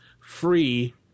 free